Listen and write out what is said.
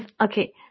okay